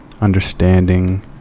understanding